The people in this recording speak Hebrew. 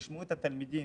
שישמעו את התלמידים.